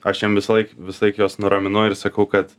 aš jam visąlaik visąlaik juos nuraminau ir sakau kad